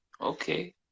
Okay